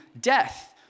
death